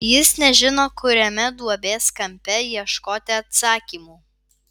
jis nežino kuriame duobės kampe ieškoti atsakymų